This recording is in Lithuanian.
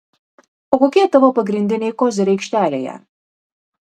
o kokie tavo pagrindiniai koziriai aikštelėje